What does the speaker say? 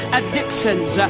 addictions